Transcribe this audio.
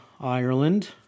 Ireland